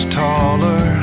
taller